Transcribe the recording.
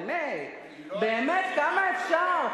באמת, כמה אפשר?